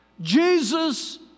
Jesus